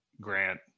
Grant